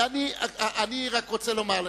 אני רק רוצה לומר לך.